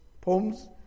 poems